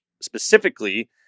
specifically